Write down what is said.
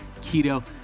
keto